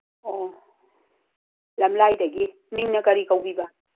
ꯑꯣ ꯂꯝꯂꯥꯏꯗꯒꯤ ꯃꯤꯡꯅ ꯀꯔꯤ ꯀꯧꯕꯤꯕ